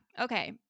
Okay